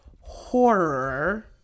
horror